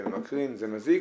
זה- -- זה מזיק,